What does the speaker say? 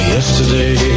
Yesterday